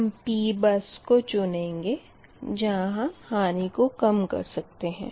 हम P bus को चुनेंगे जहाँ हम हानि को कम कर सकते है